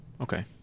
Okay